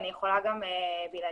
אני יכולה גם בלעדיה.